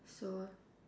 so